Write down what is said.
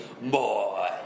boy